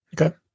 Okay